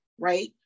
right